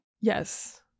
Yes